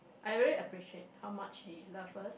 I really appreciate how much he love us